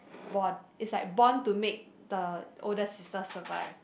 born is like born to make the older sister survive